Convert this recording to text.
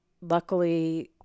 luckily